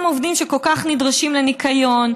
אותם עובדים שכל כך נדרשים, לניקיון,